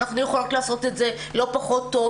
אנחנו יכולות לעשות את זה לא פחות טוב.